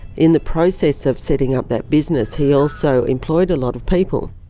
in the process of setting up that business, he also employed a lot of people.